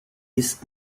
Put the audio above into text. ist